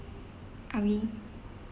are we